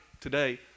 today